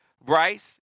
Bryce